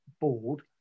board